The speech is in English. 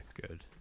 good